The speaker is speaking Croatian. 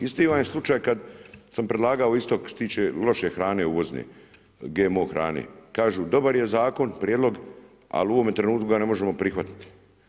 Isti vam je slučaj kada sam predlagao isto što se tiče loše hrane uvozne, GMO hrane, kažu dobar je zakon, prijedlog ali u ovome trenutku ga ne možemo prihvatiti.